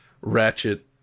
Ratchet